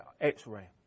X-ray